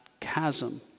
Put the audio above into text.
chasm